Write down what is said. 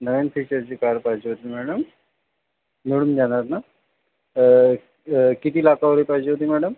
नविन फीचर्सची कार पाहिजे होती मॅडम मिळून जाणार ना किती लाखावर पाहिजे होती मॅडम